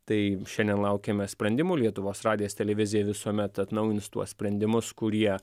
tai šiandien laukiame sprendimų lietuvos radijas televizija visuomet atnaujins tuos sprendimus kurie